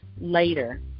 later